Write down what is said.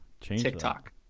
TikTok